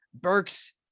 Burks